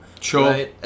Sure